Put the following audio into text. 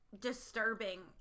disturbing